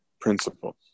principles